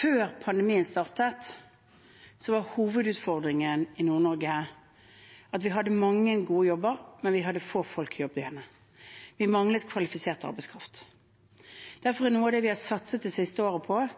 Før pandemien startet, var hovedutfordringen i Nord-Norge at vi hadde mange gode jobber, men få folk til jobbene. Vi manglet kvalifisert arbeidskraft. Derfor er noe av det vi har satset på det siste året,